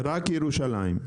רק ירושלים.